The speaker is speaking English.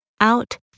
out